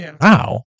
wow